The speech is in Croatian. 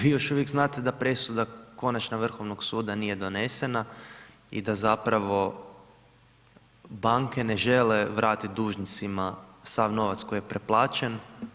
Vi još uvijek znate da presuda konačna Vrhovnog suda nije donesena i da zapravo banke ne žele vratiti dužnicima sav novac koji je preplaćen.